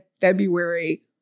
February